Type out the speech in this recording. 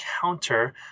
counter